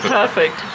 perfect